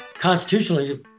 constitutionally